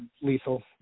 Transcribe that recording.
Lethal